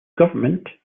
government